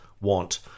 want